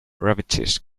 ravages